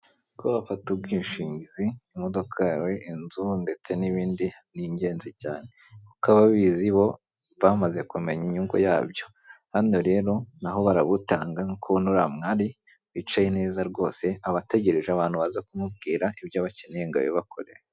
Kuba wafata ubwishingizi, imodoka yawe, inzu ndetse n'ibindi ni ingenzi cyane, kuko ababizi bo bamaze kumenya inyungu yabyo. Hano rero, na ho barabutanga, nk'uko ubona uriya mwari, wicaye neza rwose, aba ategereje abantu baza kumubwira ibyo bakeneye ngo abibakorere.